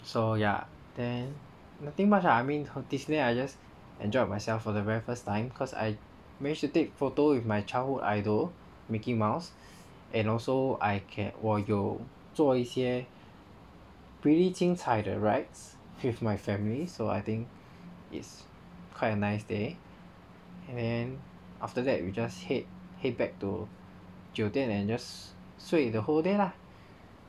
so ya then nothing much lah I mean Disney then I just enjoyed myself for the very first time cause I managed to take photo with my childhood idol mickey mouse and also I can 我有做一些 pretty 精彩的 rides with my family so I think it's quite a nice day and then after that you just head head back to 酒店 and just 睡 the whole day lah